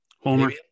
Homer